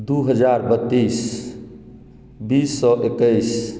दू हजार बत्तीस बीस सए एकैस